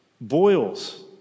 boils